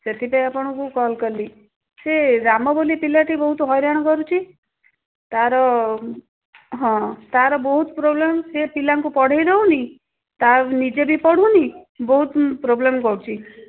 ସେଥିପାଇଁ ଆପଣଙ୍କୁ କଲ୍ କଲି ସେ ରାମ ବୋଲି ପିଲାଟି ବହୁତ ହଇରାଣ କରୁଛି ତାର ହଁ ତାର ବହୁତ ପ୍ରୋବ୍ଲେମ୍ ସେ ପିଲାଙ୍କୁ ପଢ଼େଇ ଦଉନି ତା ନିଜେ ବି ପଢ଼ୁନି ବହୁତ ପ୍ରୋବ୍ଲେମ୍ କରୁଛି